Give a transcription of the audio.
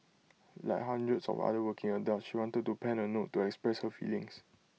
like hundreds of other working adults she wanted to pen A note to express her feelings